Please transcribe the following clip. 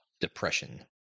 depression